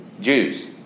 Jews